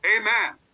Amen